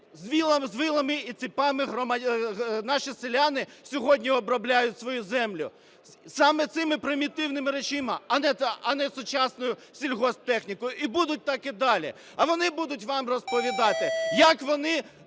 З вилами і цепами наші селяни сьогодні обробляють свою землю, саме цими примітивними речами, а не сучасною сільгосптехнікою і будуть так і далі. А вони будуть вам розповідати як вони